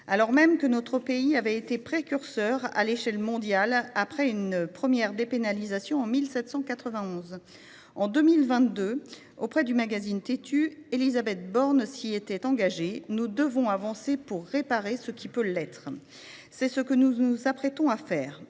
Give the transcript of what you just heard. alors même que notre pays avait été précurseur, à l’échelle mondiale, en instaurant une première dépénalisation en 1791. En 2022, auprès du magazine, Élisabeth Borne s’est engagée :« Nous devons avancer pour réparer ce qui peut l’être. » C’est ce que nous nous apprêtons à faire.